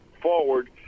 forward